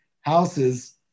houses